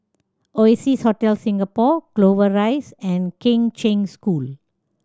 Oasia's Hotel Singapore Clover Rise and Kheng Cheng School